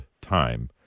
time